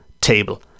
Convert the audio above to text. table